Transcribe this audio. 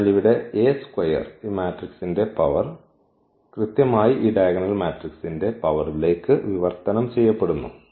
അതിനാൽ ഇവിടെ A square ഈ മാട്രിക്സിന്റെ പവർ കൃത്യമായി ഈ ഡയഗണൽ മാട്രിക്സിന്റെ പവർലേക്ക് വിവർത്തനം ചെയ്യപ്പെടുന്നു